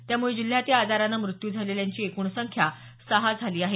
त्यामुळे जिल्ह्यात या आजारानं मृत्यू झालेल्यांची एकूण संख्या सहा झाली आहे